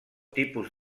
tipus